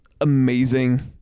amazing